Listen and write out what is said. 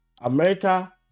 America